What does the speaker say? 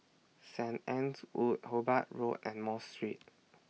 Saint Anne's Wood Hobart Road and Mosque Street